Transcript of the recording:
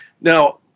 Now